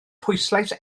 pwyslais